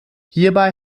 hierbei